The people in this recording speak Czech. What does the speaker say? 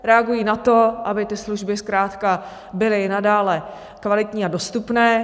Reagují na to, aby služby zkrátka byly nadále kvalitní a dostupné.